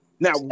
Now